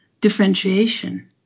differentiation